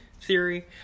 theory